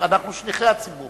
אנחנו שליחי הציבור